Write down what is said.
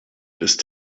ist